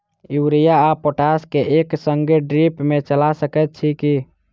Urea आ potash केँ एक संगे ड्रिप मे चला सकैत छी की?